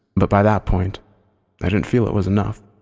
but by that point i didn't feel it was enough.